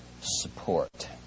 support